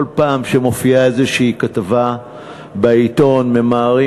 כל פעם שמופיעה איזו כתבה בעיתון ממהרים